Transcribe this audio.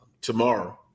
tomorrow